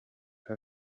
her